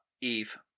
Eve